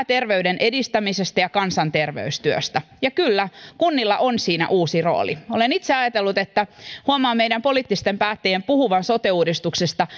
terveyden edistämisestä ja kansanterveystyöstä ja kyllä kunnilla on siinä uusi rooli olen itse ajatellut että huomaan meidän poliittisten päättäjien puhuvan sote uudistuksesta